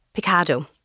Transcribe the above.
Picado